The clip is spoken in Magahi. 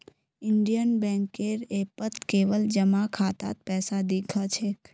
इंडियन बैंकेर ऐपत केवल जमा खातात पैसा दि ख छेक